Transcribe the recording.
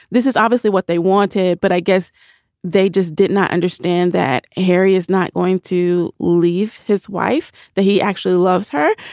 this is obviously what they wanted. but i guess they just did not understand that harry is not going to leave his wife, that he actually loves her.